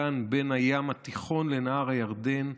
כאן, בין הים התיכון לנהר הירדן,